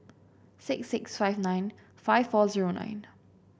six six five nine five four zero nine